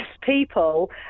people